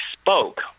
spoke